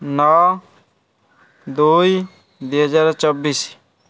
ନଅ ଦୁଇ ଦୁଇ ହଜାର ଚବିଶି